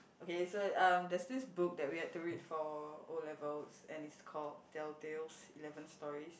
okay so um there's this book that we had to read for O-levels and it's called Tell Tales Eleven Stories